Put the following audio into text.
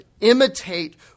imitate